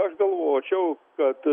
aš galvočiau kad